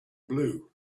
blue